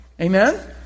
Amen